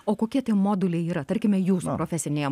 o kokie tie moduliai yra tarkime jūsų profesinėje